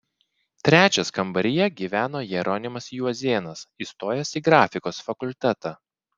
trečias kambaryje gyveno jeronimas juozėnas įstojęs į grafikos fakultetą